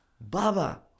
Baba